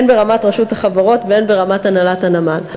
הן ברמת רשות החברות והן ברמת הנהלת הנמל.